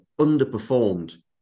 underperformed